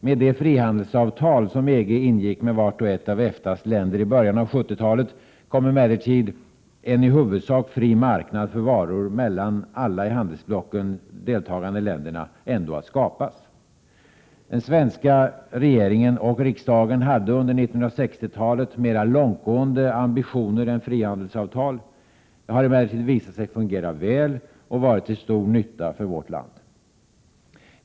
Med de frihandelsavtal som EG ingick med vart och ett av EFTA:s länder i början av 1970-talet kom emellertid en i huvudsak fri marknad för varor mellan alla i handelsblocken ingående länder ändå att skapas. Den svenska regeringen och riksdagen hade under 1960-talet mera långtgående ambitioner än frihandelsavtal. Avtalet har emellertid visat sig fungera väl och varit till stor nytta för vårt land.